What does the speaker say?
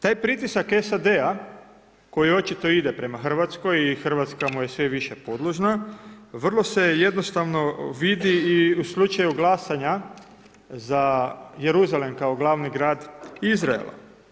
Taj pritisak SAD-a koji očito ide prama Hrvatskoj i Hrvatska mu je sve više podložna, vrlo se jednostavno vidi i u slučaju glasanja za Jeruzalem kao glavni grad Izraela.